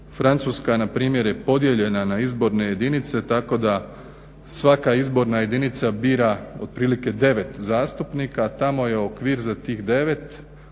Francuska npr. je podijeljena na izborne jedinice tako da svaka izborna jedinica bira otprilike 9 zastupnika a tamo je okvir za tih 9,